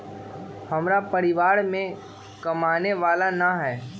हमरा परिवार में कमाने वाला ना है?